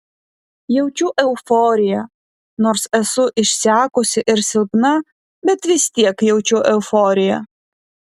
jaučiu euforiją nors esu išsekusi ir silpna bet vis tiek jaučiu euforiją